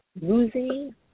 losing